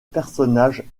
personnages